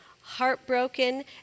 heartbroken